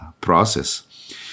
process